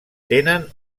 tenen